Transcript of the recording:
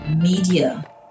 media